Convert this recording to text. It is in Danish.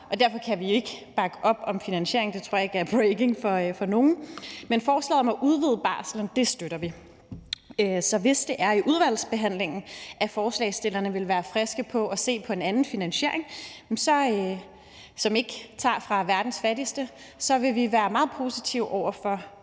derfor kan vi ikke bakke op om finansieringen. Det tror jeg ikke er breaking news for nogen. Men forslaget om at udvide barslen støtter vi. Så hvis forslagsstillerne i udvalgsbehandlingen vil være friske på at se på en anden finansiering, hvor vi ikke tager fra verdens fattigste, så vil vi være meget positive over for